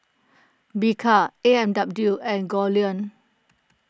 Bika A and W and Goldlion